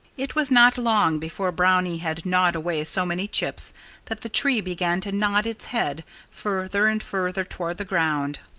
it was not long before brownie had gnawed away so many chips that the tree began to nod its head further and further toward the ground.